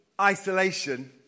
isolation